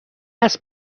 است